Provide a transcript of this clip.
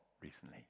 recently